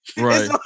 Right